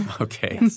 Okay